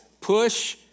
push